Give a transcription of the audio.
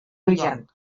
brillant